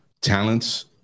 talents